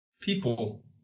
people